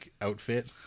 outfit